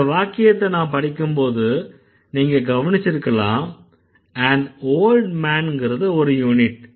இந்த வாக்கியத்த நான் படிக்கும்போது நீங்க கவனிச்சிருக்கலாம் an old man ங்கறது ஒரு யூனிட்